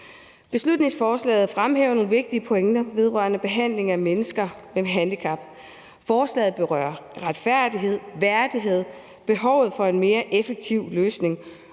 Beslutningsforslaget fremhæver nogle vigtige pointer vedrørende behandling af mennesker med handicap. Forslaget berører retfærdighed, værdighed og behovet for en mere effektiv løsning,